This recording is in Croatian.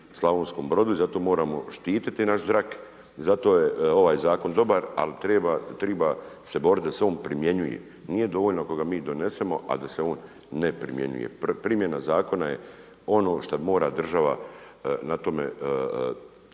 Slavonskom Brodu. I zato moramo štiti naš zrak, zato je ovaj zakon dobar ali treba se boriti da se on primjenjuje. Nije dovoljno ako ga mi donesemo a da se on ne primjenjuje. Primjena zakona je ono šta mora država na tome